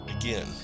again